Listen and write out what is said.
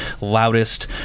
loudest